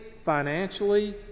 financially